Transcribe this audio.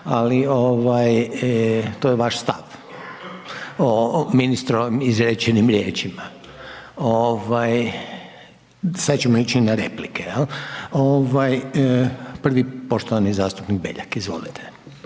ovaj to je vaš stav o ministrovim izrečenim riječima. Ovaj, sad ćemo ići na replike jel? Ovaj, prvi poštovani zastupnik Beljak, izvolite.